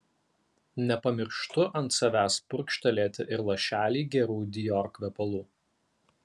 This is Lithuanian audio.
nepamirštu ant savęs purkštelėti ir lašelį gerų dior kvepalų